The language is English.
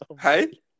Hey